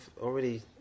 already